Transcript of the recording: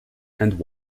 and